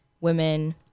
women